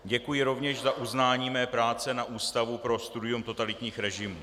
Děkuji rovněž za uznání mé práce na Ústavu pro studium totalitních režimů.